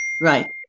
right